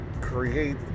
create